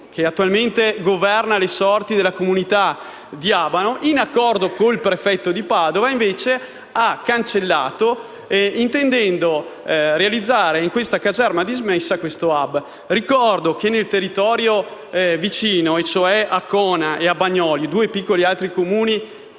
che attualmente governa le sorti della comunità di Abano, in accordo con il prefetto di Padova, ha invece cancellato, intendendo realizzare in questa caserma dismessa il predetto *hub*. Ricordo che nel territorio vicino, cioè a Cona e a Bagnoli di Sopra, due piccoli Comuni